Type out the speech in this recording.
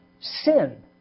sin